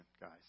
guys